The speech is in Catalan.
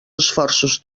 esforços